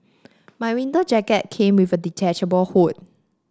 my winter jacket came with a detachable hood